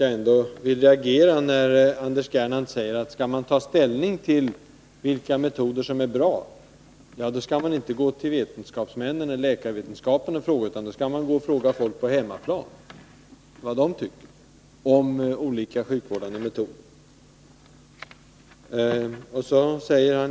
Jag vill reagera när Anders Gernandt säger: Skall man ta ställning till vilka metoder som är bra, då skall man inte gå till vetenskapsmännen eller läkarvetenskapen och fråga utan då skall man gå och fråga folk på hemmaplan vad de tycker om olika sjukvårdsmetoder.